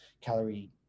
calorie